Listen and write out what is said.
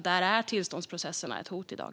Där är tillståndsprocesserna ett hot i dag.